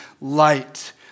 light